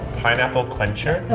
pineapple quencher.